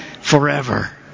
forever